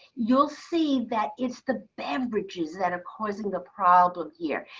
you'll see that it's the beverages that are causing the problem here.